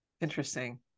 Interesting